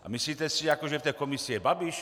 A myslíte si, jako že v té komisi je Babiš?